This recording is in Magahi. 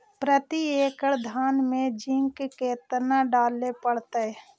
प्रती एकड़ धान मे जिंक कतना डाले पड़ताई?